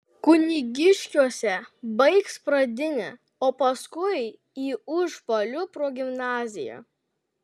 kunigiškiuose baigs pradinę o paskui į užpalių progimnaziją